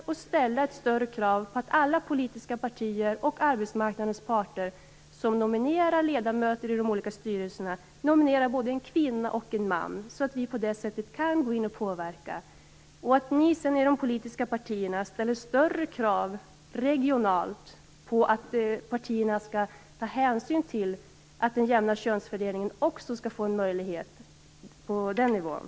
Regeringen kan också ställa strängare krav på att alla politiska partier och arbetsmarknadens parter som nominerar ledamöter till olika styrelser nominerar både en kvinna och en man. Ni i de politiska partierna måste också regionalt ställa större krav på att partierna skall ta hänsyn till en jämn könsfördelning.